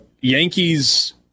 Yankees